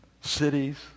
cities